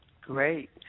Great